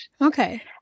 Okay